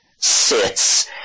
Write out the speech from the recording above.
sits